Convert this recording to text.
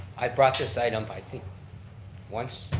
i brought this item up, i think once,